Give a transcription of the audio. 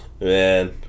man